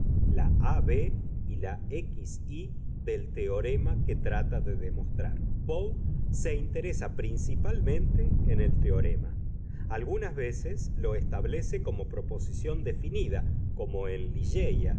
la ab y la xy del teorema que trata de demostrar poe se interesa principalmente en el teorema algunas veces lo establece como proposición definida como en